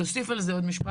תוסיף על זה עוד משפט,